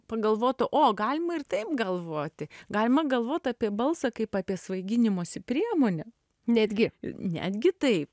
pagalvotų o galima ir taip galvoti galima galvot apie balsą kaip apie svaiginimosi priemonę netgi netgi taip